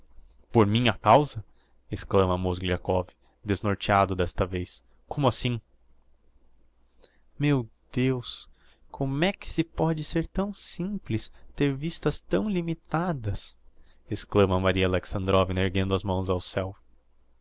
por minha causa exclama mozgliakov desnorteado d'esta vez como assim meu deus como é que se pode ser tão simples ter vistas tão limitadas exclama maria alexandrovna erguendo as mãos ao ceu